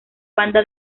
banda